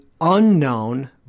unknown